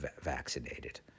vaccinated